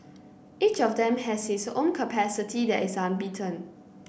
each of them has his own capacity that is unbeaten